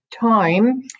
time